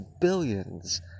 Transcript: billions